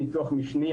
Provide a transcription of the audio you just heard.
ניתוח משני,